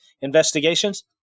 investigations